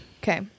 okay